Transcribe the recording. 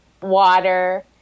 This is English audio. water